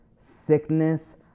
sickness